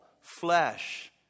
flesh